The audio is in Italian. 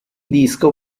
disco